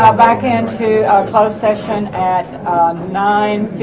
ah back into closed session at nine